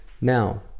Now